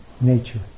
nature